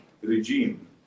regime